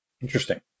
Interesting